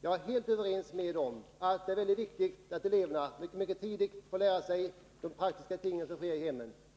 Jag är helt överens med Kerstin Göthberg att det är viktigt att eleverna mycket tidigt får lära sig att klara de praktiska tingen i ett hems skötsel.